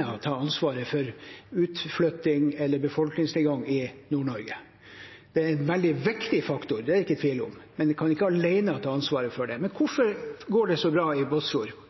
kan ta ansvaret for utflytting eller befolkningsnedgang i Nord-Norge. Det er en veldig viktig faktor, det er det ikke tvil om, men den kan ikke alene ta ansvaret for det. Hvorfor går det så bra i Båtsfjord?